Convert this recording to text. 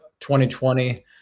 2020